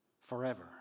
forever